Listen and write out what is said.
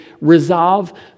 resolve